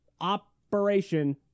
operation